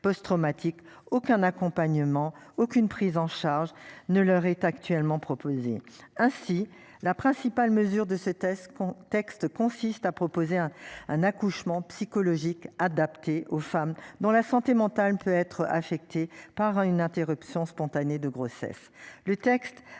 post-traumatique, aucun accompagnement, aucune prise en charge ne leur est actuellement proposé ainsi la principale mesure de ces tests con texte consiste à proposer un un accouchement psychologique adaptés aux femmes dont la santé mentale peut être affectés par une interruption spontanée de grossesse. Le texte